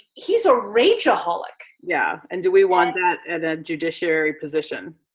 he's a rageaholic. yeah, and do we want that in a judiciary position?